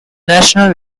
national